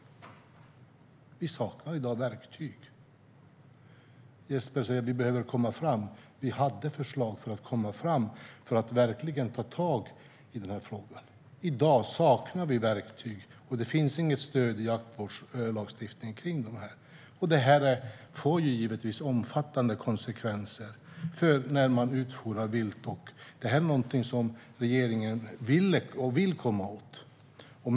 Vi saknar verktyg i dag. Jesper säger att vi behöver komma framåt. Vi hade förslag för att komma framåt och verkligen ta tag i denna fråga. I dag saknar vi verktyg, och det finns inget stöd i jaktvårdslagstiftningen. Detta får givetvis omfattande konsekvenser för när man utfodrar vilt, och detta är något som regeringen ville och vill komma åt.